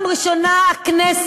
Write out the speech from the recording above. על מה?